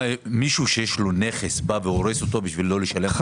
מישהו שיש לו נכס בא והורס אותו בשביל לא לשלם ארנונה?